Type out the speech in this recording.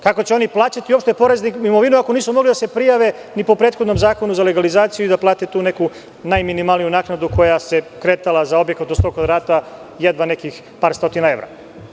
Kako će oni uopšte plaćati porez na imovinu ako nisu mogli da se prijave ni po prethodnom Zakonu o legalizaciji i da plate tu neku najminimalniju naknadu koja se kretala za objekat od 100 kvadrata jedva nekih par stotina evra?